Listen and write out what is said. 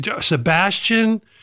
Sebastian